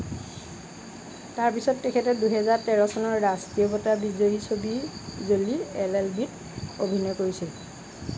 তাৰ পিছত তেখেতে দুহেজাৰ তেৰ চনত ৰাষ্ট্ৰীয় বঁটা বিজয়ী ছবি জলি এল এলবিত অভিনয় কৰিছিল